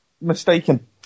mistaken